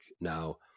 now